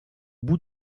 bout